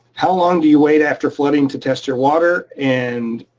how long do you wait after flooding to test your water? and